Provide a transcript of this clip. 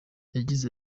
yagize